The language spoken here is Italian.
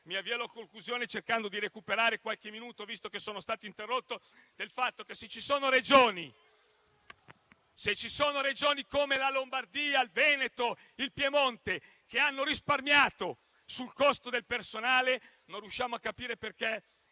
mi avvio alla conclusione cercando di recuperare qualche minuto, visto che sono stato interrotto, facendo presente che, se ci sono Regioni come la Lombardia, il Veneto e il Piemonte, che hanno risparmiato sul costo del personale, non riusciamo a capire perché,